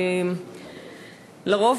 לרוב,